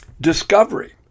discovery